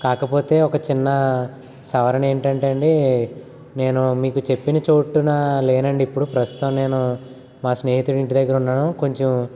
కాకపోతే ఒక చిన్న సవరణ ఏంటంటే అండి నేను మీకు చెప్పిన చోటున లేనండి ఇప్పుడు ప్రస్తుతం నేను మా స్నేహితుడు ఇంటి దగ్గర ఉన్నాను కొంచం